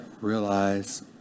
realize